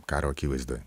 karo akivaizdoj